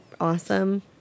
awesome